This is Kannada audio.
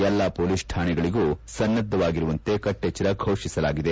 ಎಲ್ಲಾ ಮೊಲೀಸ್ ಠಾಣೆಗಳಿಗೂ ಸನ್ನದ್ಧವಾಗಿರುವಂತೆ ಕಟ್ಟೆಚ್ಚರ ಘೋಷಿಸಲಾಗಿದೆ